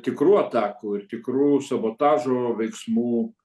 tikrų atakų ir tikrų sabotažo veiksmų